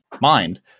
mind